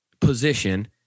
position